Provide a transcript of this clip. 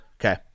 Okay